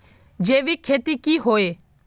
जैविक खेती की होय?